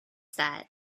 that